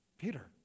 peter